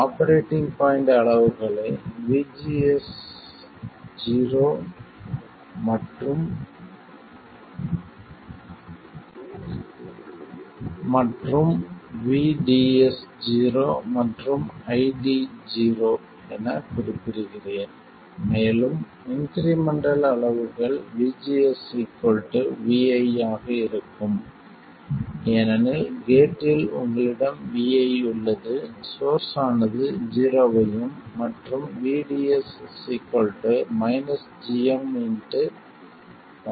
operating point அளவுகளை VGS0 மற்றும் VDS0 மற்றும் ID0 எனக் குறிப்பிடுகிறேன் மேலும் இன்க்ரிமெண்டல் அளவுகள் vGS vi ஆக இருக்கும் ஏனெனில் கேட்டில் உங்களிடம் vi உள்ளது சோர்ஸ் ஆனது ஜீரோவையும் மற்றும் vDS gmRD ║RL vi